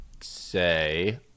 say